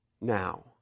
Now